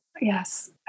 yes